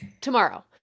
tomorrow